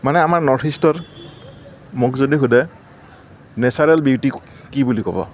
মানে আমাৰ নৰ্থ ইষ্টৰ মোক যদি সোধে নেচাৰেল বিউতি কি বুলি ক'ব